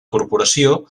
corporació